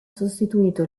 sostituito